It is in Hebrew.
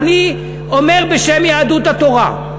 אני אומר בשם יהדות התורה: